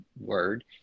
word